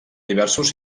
diversos